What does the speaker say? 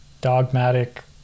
dogmatic